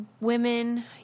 women